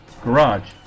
garage